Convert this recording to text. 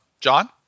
John